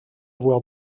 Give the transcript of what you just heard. avoir